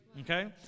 Okay